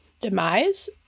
demise